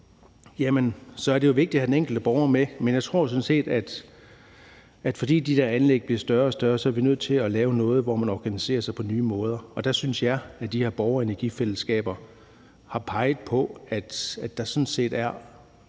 så er det jo vigtigt at have den enkelte borger med. Men jeg tror sådan set, at fordi de der anlæg bliver større og større, er vi nødt til at lave noget, hvor man organiserer sig på nye måder. Og der synes jeg, at de her borgerenergifællesskaber har peget på, at der sådan set kunne